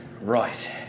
Right